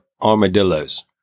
armadillos